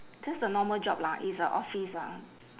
just a normal job lah it's a office lah